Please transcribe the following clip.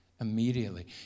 immediately